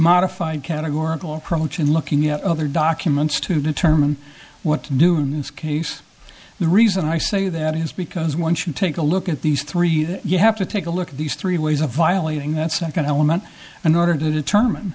modified categorical approach in looking at other documents to determine what to do in this case the reason i say that is because one should take a look at these three that you have to take a look at these three ways of violating that second element and order to determine